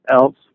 else